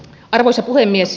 arvoisa puhemies